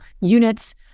units